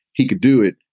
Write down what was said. he could do it.